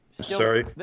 Sorry